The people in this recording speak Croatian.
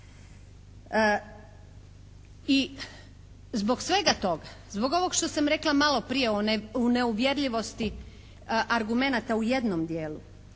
I zbog svega toga, zbog ovog što sam rekla maloprije o neuvjerljivosti argumenata u jednom dijelu,